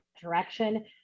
direction